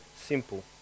simple